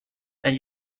and